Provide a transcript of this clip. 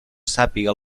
sàpiga